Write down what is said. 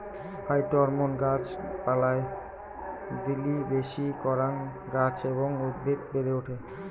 phytohormone গাছ পালায় দিলি বেশি করাং গাছ এবং উদ্ভিদ বেড়ে ওঠে